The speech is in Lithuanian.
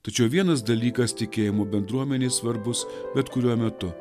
tačiau vienas dalykas tikėjimo bendruomenei svarbus bet kuriuo metu